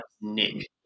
Nick